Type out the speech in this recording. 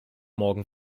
morgen